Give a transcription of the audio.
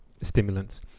Stimulants